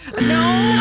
No